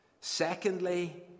Secondly